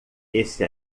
esse